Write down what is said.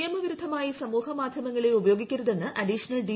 നിയമ വിരുദ്ധമായി സമൂഹ മാധ്യമങ്ങളെ ഉപയോഗിക്കരുതെന്ന് അഡീഷണൽ ഡി